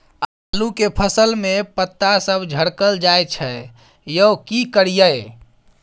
आलू के फसल में पता सब झरकल जाय छै यो की करियैई?